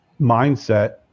mindset